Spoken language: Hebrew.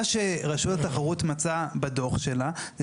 מה שרשות התחרות מצאה בדוח שלה זה